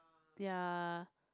their